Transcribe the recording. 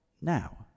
now